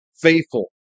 faithful